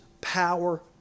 power